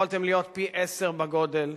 יכולתם להיות פי-עשרה בגודל.